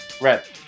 red